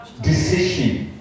decision